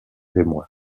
émoi